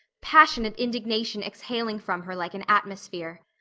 passionate indignation exhaling from her like an atmosphere.